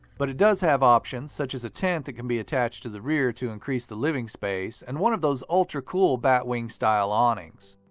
but it does have options such as a tent that can be attached to the rear to increase the living space and one of those ultra-cool bat wing-style awnings.